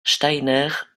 steiner